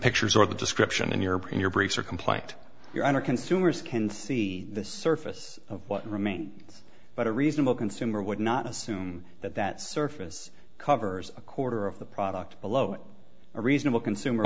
pictures or the description in your brain your brakes are compliant your honor consumers can see the surface of what remains but a reasonable consumer would not assume that that surface covers a quarter of the product below a reasonable consumer